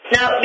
Now